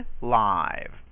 Live